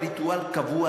בריטואל קבוע,